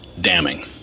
damning